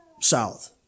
south